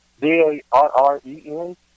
d-a-r-r-e-n